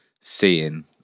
seeing